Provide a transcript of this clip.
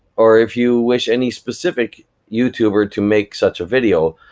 or if you wish any specific youtuber to make such a video,